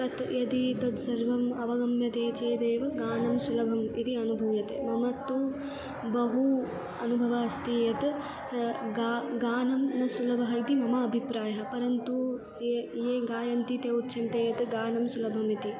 तत् यदि तद् सर्वम् अवगम्यते चेदेव गानं सुलभम् इति अनुभूयते मम तु बहु अनुभवः अस्ति यत् स गा गानं न सुलभम् इति मम अभिप्रायः परन्तु ये ये गायन्ति ते उच्यन्ते यत् गानं सुलभम् इति